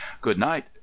good-night